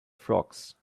frocks